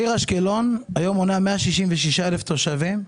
העיר אשקלון מונה היום 166 אלף תושבים,